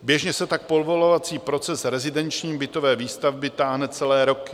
Běžně se tak povolovací proces rezidenční bytové výstavby táhne celé roky.